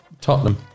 Tottenham